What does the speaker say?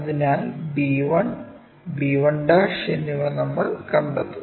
അതിനാൽ b1 b1 എന്നിവ നമ്മൾ കണ്ടെത്തും